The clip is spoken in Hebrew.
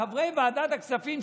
חברי ועדת הכספים,